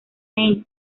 haydn